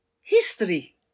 history